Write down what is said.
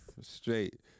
Straight